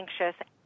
anxious